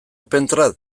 opentrad